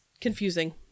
confusing